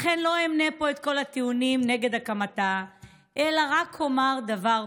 לכן לא אמנה פה את כל הטיעונים נגד הקמתה אלא רק אומר דבר פשוט: